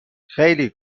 خیلی